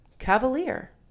Cavalier